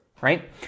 right